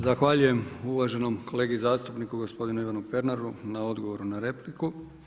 Zahvaljujem uvaženom kolegi zastupniku gospodinu Ivanu Pernaru na odgovoru na repliku.